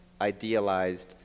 idealized